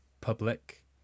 public